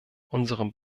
unseren